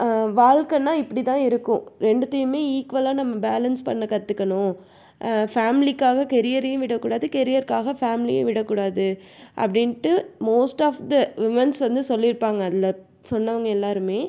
வாழ்க்கைன்னா இப்படி தான் இருக்கும் ரெண்டுத்தையுமே ஈக்குவலாக நம்ம பேலன்ஸ் பண்ணக் கற்றுக்கணும் ஃபேமிலிக்காக கெரியரையும் விடக்கூடாது கெரியருக்காக ஃபேமிலியையும் விடக்கூடாது அப்படின்ட்டு மோஸ்ட் ஆஃப் த உமென்ஸ் வந்து சொல்லியிருப்பாங்க அதில் சொன்னவங்க எல்லோருமே